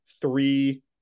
three